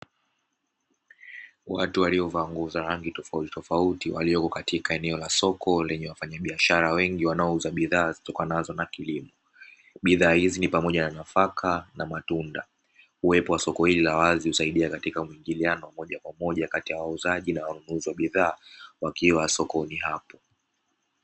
Watu waliovaa nguo za rangi tofauti tofauti walioko katika eneo la soko lenye wafanyabiashara wengi wanaouza bidhaa zitokanazo na kilimo, bidhaa hizi ni pamoja na nafaka na matunda, uwepo wa soko hili la wazi zaidi katika kuingiliano moja kwa moja kati ya wauzaji na wanafunzi wa bidhaa wakiwa sokoni hapo.